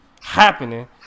happening